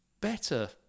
better